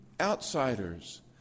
outsiders